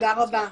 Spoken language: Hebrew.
תודה רבה.